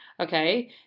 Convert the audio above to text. Okay